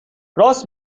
راست